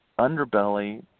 underbelly